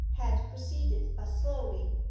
had proceeded but slowly.